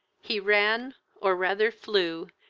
he ran, or rather flew,